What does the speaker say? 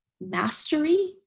mastery